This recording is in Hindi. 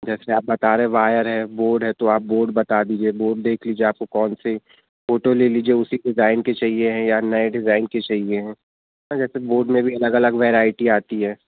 जैसे आप बता रहे हैं वायर है बोर्ड है तो आप बोर्ड बता दीजिए बोर्ड देख लीजिए आप को कौनसे फ़ोटो ले लीजिए उसी डिज़ाइन के चाहिए है या नए डिज़ाइन के चाहिए हैं हाँ जैसे बोर्ड में भी अलग अलग वेरायटी आती है